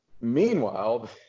meanwhile